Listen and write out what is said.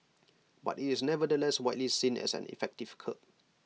but IT is nevertheless widely seen as an effective curb